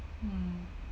mm